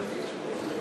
חבר הכנסת נסים